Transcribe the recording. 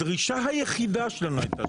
הדרישה היחידה שלנו הייתה,